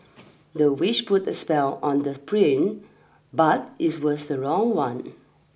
the witch put a spell on the prince but it was the wrong one